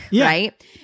right